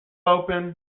open